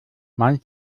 mein